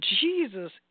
Jesus